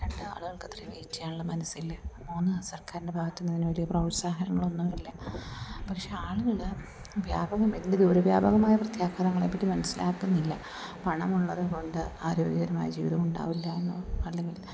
രണ്ട് ആളുകൾക്ക് അത്രയും വെയ്റ്റ് ചെയ്യാനുള്ള മനസ്സില്ല മൂന്ന് സർക്കാരിൻ്റെ ഭാഗത്തു നിന്ന് അതിന് വലിയ പ്രോത്സാഹനങ്ങളൊന്നുമില്ല പക്ഷേ ആളുകൾ വ്യാപകം അതിൻ്റെ ദൂരവ്യാപകമായ പ്രത്യാഘാതങ്ങളെ പറ്റി മനസ്സിലാക്കുന്നില്ല പണമുള്ളത് കൊണ്ട് ആരോഗ്യകരമായ ജീവിതമുണ്ടാവില്ല എന്നോ അല്ലെങ്കിൽ